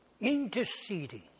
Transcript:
interceding